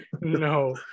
no